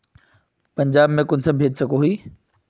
पंजाब में कुंसम भेज सकोही?